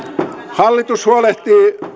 hallitus huolehtii